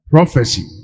Prophecy